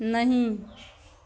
नहीं